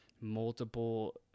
multiple